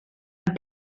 amb